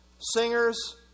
singers